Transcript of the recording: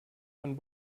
von